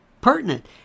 pertinent